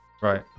Right